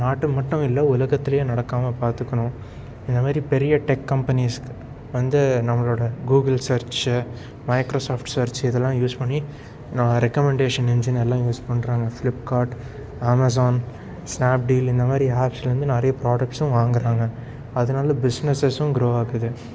நாட்டு மட்டும் இல்லை உலகத்திலே நடக்காமல் பார்த்துக்கணும் இந்த மாரி பெரிய டெக் கம்பெனிஸ் வந்து நம்மளோட கூகுள் சர்ச்சு மைக்ரோசாஃப்ட் சர்ச்சு இதெல்லாம் யூஸ் பண்ணி ரெக்கமண்டேஷன் இஞ்சினெல்லாம் யூஸ் பண்ணுறாங்க ஃப்ளிப்கார்ட் அமேசான் ஸ்னாப்டீல் இந்த மாதிரி ஆப்ஸிலேருந்து நிறைய ப்ராடக்ட்ஸ்ஸும் வாங்கிறாங்க அதனால பிஸ்னசெஸ்ஸும் க்ரோவ் ஆகுது